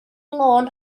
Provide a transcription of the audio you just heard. lôn